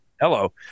Hello